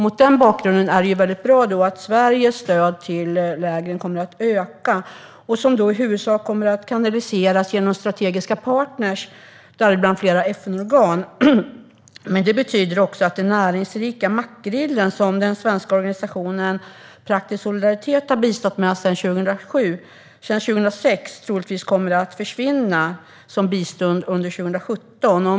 Mot den bakgrunden är det väldigt bra att Sveriges stöd till lägren kommer att öka - det kommer då i huvudsak att kanaliseras genom strategiska partner, däribland flera FN-organ. Men det betyder också att den näringsrika makrillen, som den svenska organisationen Praktisk Solidaritet har bistått med sedan 2006, troligtvis kommer att försvinna som bistånd under 2017.